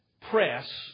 press